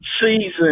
season